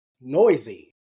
Noisy